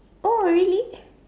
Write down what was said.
oh really